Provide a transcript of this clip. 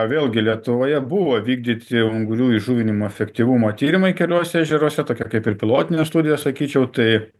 vėlgi lietuvoje buvo vykdyti ungurių įžuvinimo efektyvumo tyrimai keliuose ežeruose tokia kaip ir pilotinė studija sakyčiau tai